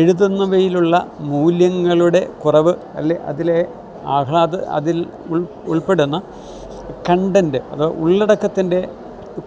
എഴുതുന്നവയിലുള്ള മൂല്യങ്ങളുടെ കുറവ് അല്ലെങ്കില് അതിലെ അതിൽ ഉൾപ്പെടുന്ന കണ്ടൻറ് അതായത് ഉള്ളടക്കത്തിൻ്റെ